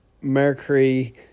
mercury